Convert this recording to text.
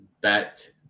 bet